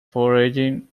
foraging